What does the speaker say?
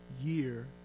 year